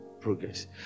progress